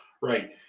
Right